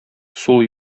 сул